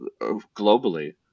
globally